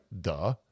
Duh